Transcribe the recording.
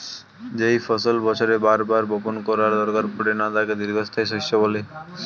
যেই ফসল বছরে বার বার বপণ করার দরকার পড়ে না তাকে দীর্ঘস্থায়ী শস্য বলে